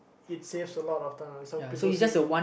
it saves a lot of time and some people say